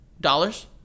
dollars